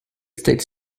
states